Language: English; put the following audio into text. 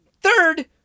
third